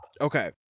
okay